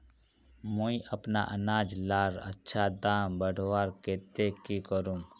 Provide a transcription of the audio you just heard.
मुई अपना अनाज लार अच्छा दाम बढ़वार केते की करूम?